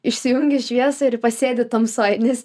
įšsijungi šviesą ir pasėdi tamsoj nes